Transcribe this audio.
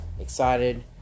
excited